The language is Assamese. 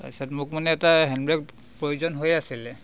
তাৰ পাছত মোক মানে এটা হেণ্ডবেগ প্ৰয়োজন হৈ আছিলে